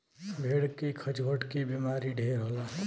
भेड़ के खजुहट के बेमारी ढेर होला